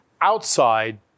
outside